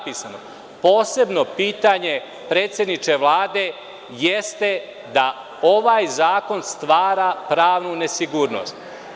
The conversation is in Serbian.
Posebno pitanje, predsedniče Vlade, jeste da ovaj zakon stvara pravnu nesigurnost.